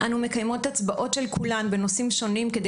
אנחנו מקיימות הצבעות של כולן בנושאים שונים כדי